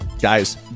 guys